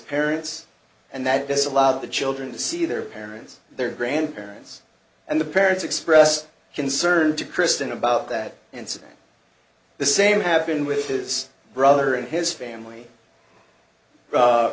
parents and that this allowed the children to see their parents their grandparents and the parents expressed concern to kristen about that and said the same happened with his brother and his family